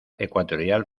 ecuatorial